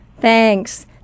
Thanks